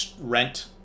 rent